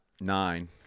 nine